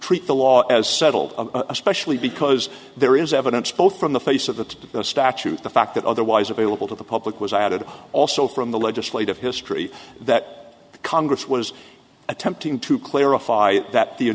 treat the law as settled especially because there is evidence both from the face of the statute the fact that otherwise available to the public was added also from the legislative history that congress was attempting to clarify that the